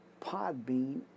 Podbean